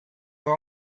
are